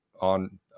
on